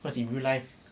what's in real life